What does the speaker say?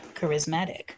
charismatic